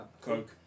coke